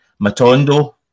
Matondo